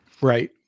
Right